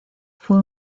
fue